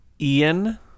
ian